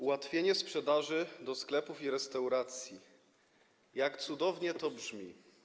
Ułatwienia w sprzedaży do sklepów i restauracji - jak cudownie to brzmi.